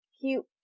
cute